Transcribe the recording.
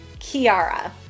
Kiara